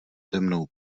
temnou